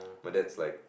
my dad's like